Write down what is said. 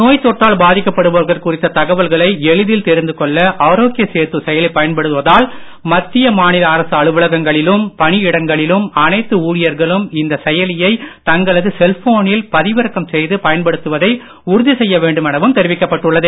நோய்த்தொற்றால் பாதிக்கப்படுவர்கள் குறித்த தகவல்களை எளிதில் தெரிந்துகொள்ள ஆரோக்ய சேது செயலி பயன்படுவதால் மத்திய மாநில அரசு அலுவலகங்களிலும் பணியிடங்களிலும் அனைத்து ஊழியர்களும் இந்த செயலியை தங்களது செல்போனில் பதிவிறக்கம் செய்து பயன்படுத்துவதை உறுதி செய்ய வேண்டுமெனவும் தெரிவிக்கப்பட்டுள்ளது